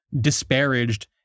disparaged